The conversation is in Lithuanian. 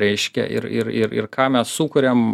reiškia ir ir ir ir ką mes sukuriam